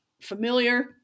familiar